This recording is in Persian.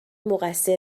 مقصر